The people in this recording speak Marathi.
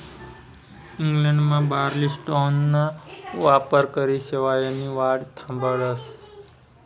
इंग्लंडमा बार्ली स्ट्राॅना वापरकरी शेवायनी वाढ थांबाडतस